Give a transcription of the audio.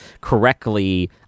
correctly